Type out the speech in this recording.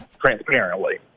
transparently